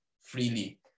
freely